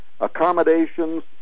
accommodations